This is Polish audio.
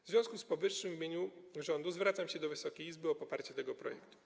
W związku z powyższym w imieniu rządu zwracam się do Wysokiej Izby o poparcie tego projektu.